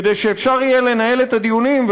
כדי שאפשר יהיה לנהל את הדיונים,